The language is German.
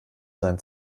seinen